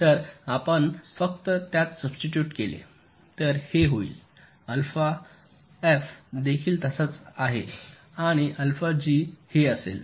तर आपण फक्त त्यास सुब्स्टिटूट केले तर हे होईल अल्फा एफ देखील तसाच असेल आणि अल्फा जी हे असेल